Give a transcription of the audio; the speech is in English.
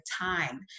time